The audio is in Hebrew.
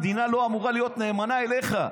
המדינה לא אמורה להיות נאמנה אליך.